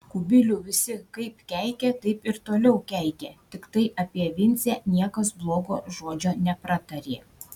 kubilių visi kaip keikė taip ir toliau keikė tiktai apie vincę niekas blogo žodžio nepratarė